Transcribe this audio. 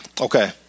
Okay